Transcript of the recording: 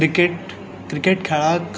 cricket cricket खेळाक